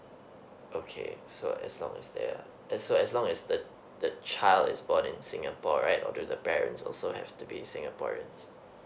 okay so as long as there so as long as the the child is born in singapore right or do the parents also have to be singaporeans